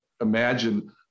imagine